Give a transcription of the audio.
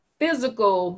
physical